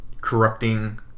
corrupting